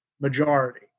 majority